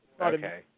Okay